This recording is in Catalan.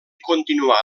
continuà